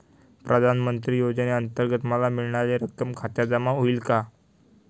प्रधानमंत्री योजनेअंतर्गत मला मिळणारी रक्कम खात्यात जमा होईल का?